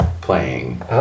playing